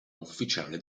ufficiale